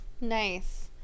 Nice